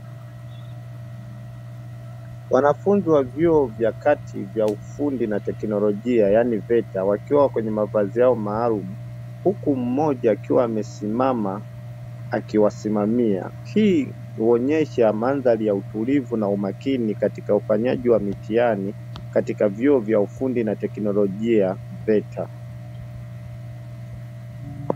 Wanafunzi wa vyuo vya kati vya ufundi na teknolojia yaani veta. Wakiwa kwenye mavazi yao maalumu. Huku mmoja akiwa amesimama akiwasimamia, hii huonyesha mandhari ya utulivu na umakini katika ufanyaji wa mitihani katika vyuo vya ufundi na teknolojia veta.